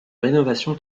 rénovation